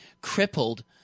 crippled